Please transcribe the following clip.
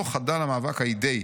לא חדל המאבק האידיאי',